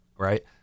right